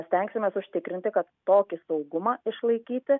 stengsimės užtikrinti kad tokį saugumą išlaikyti